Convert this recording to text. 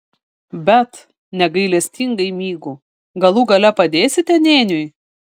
bet negailestingai mygu galų gale padėsite nėniui